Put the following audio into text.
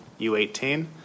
U18